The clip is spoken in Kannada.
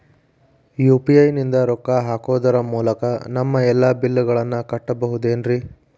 ಯು.ಪಿ.ಐ ನಿಂದ ರೊಕ್ಕ ಹಾಕೋದರ ಮೂಲಕ ನಮ್ಮ ಎಲ್ಲ ಬಿಲ್ಲುಗಳನ್ನ ಕಟ್ಟಬಹುದೇನ್ರಿ?